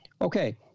Okay